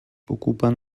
ocupen